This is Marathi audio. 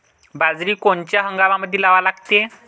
बाजरी कोनच्या हंगामामंदी लावा लागते?